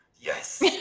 yes